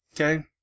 okay